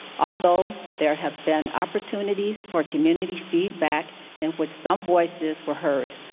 although there have been opportunities for community feedback in which some voices were heard,